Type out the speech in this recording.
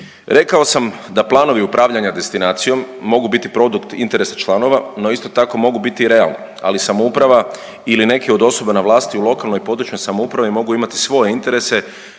Rekao sam da planovi upravljanja destinacijom mogu biti produkt interesa članova, no isto tako, mogu biti i realni, ali samouprava ili neke od osoba na vlasti u lokalnoj i područnoj samoupravi mogu imati svoje interese